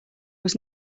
was